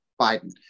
Biden